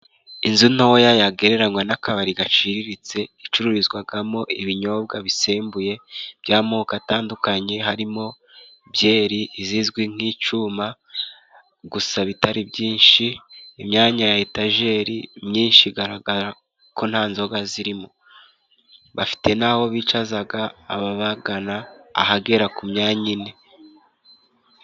Inzu ntoya yagererenywa n'akabari gaciriritse. Icururizwamo ibinyobwa bisembuye by'amoko atandukanye. Harimo byeri, izizwi nk'icyuma gusa bitari byinshi. Imyanya ya etajeri myinshi igaragara ko nta nzoga zirimo. Bafite n'aho bicaza ababagana ahagera ku myanya ine.